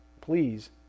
please